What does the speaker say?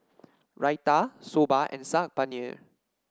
Raita Soba and Saag Paneer